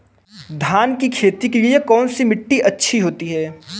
धान की खेती के लिए कौनसी मिट्टी अच्छी होती है?